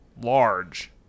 large